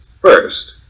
first